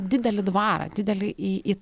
didelį dvarą didelį į